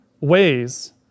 ways